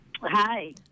Hi